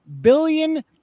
billion